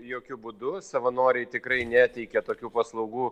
jokiu būdu savanoriai tikrai neteikia tokių paslaugų